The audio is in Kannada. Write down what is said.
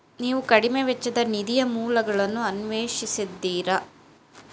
ನೀವು ಕಡಿಮೆ ವೆಚ್ಚದ ನಿಧಿಯ ಮೂಲಗಳನ್ನು ಅನ್ವೇಷಿಸಿದ್ದೀರಾ?